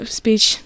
speech